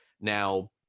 Now